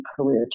career